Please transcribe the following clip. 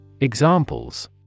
Examples